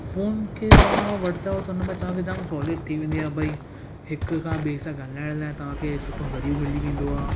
phone खे तव्हां वठंदो त उन में तव्हांखे जाम सहुलियत थी वेंदी आहे भई हिक खां ॿिए सां ॻाल्हाइण लाइ तव्हांखे सुठो ज़रियो मिली वेंदो आहे